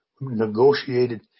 negotiated